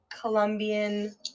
Colombian